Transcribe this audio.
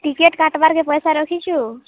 ticket କାଟ୍ବାର୍କେ ପଏସା ରଖିଚୁ